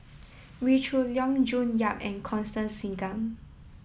Wee Shoo Leong June Yap and Constance Singam